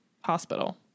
hospital